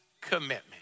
commitment